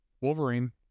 wolverine